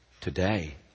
today